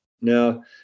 Now